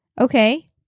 okay